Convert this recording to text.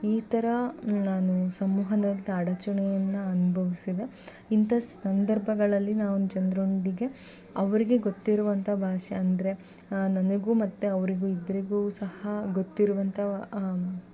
ಈ ಥರ ನಾನು ಸಂವಹನದ ಅಡಚಣೆಯನ್ನು ಅನುಭವಿಸಿದೆ ಇಂಥ ಸಂದರ್ಭಗಳಲ್ಲಿ ನಾವು ಜನರೊಂದಿಗೆ ಅವರಿಗೆ ಗೊತ್ತಿರುವಂತಹ ಭಾಷೆ ಅಂದರೆ ನನಗು ಮತ್ತು ಅವರಿಗು ಇಬ್ಬರಿಗೂ ಸಹ ಗೊತ್ತಿರುವಂತ